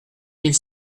mille